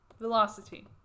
Velocity